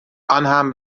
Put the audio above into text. آنهم